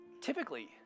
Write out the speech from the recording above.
Typically